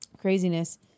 Craziness